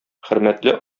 хөрмәтле